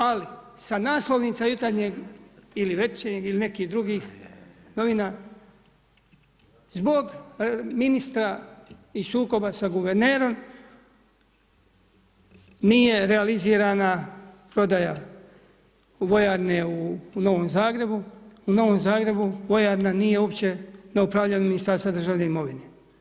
Ali, sa naslovnica Jutarnjeg ili Večernjeg ili nekih drugih novina, zbog ministra i sukoba sa guvernerom, nije realizirana prodaja vojarne u Novom Zagrebu, u Novom Zagrebu, vojarna nije uopće, ne upravlja Ministarstva državne imovine.